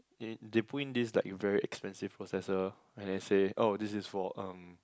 they they put in this like very expensive processor and they say oh this is for um